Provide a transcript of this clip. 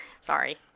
Sorry